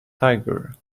tiger